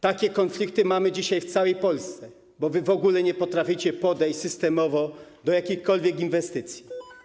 Takie konflikty mamy dzisiaj w całej Polsce, bo wy w ogóle nie potraficie podejść systemowo do jakichkolwiek inwestycji.